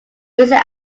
raising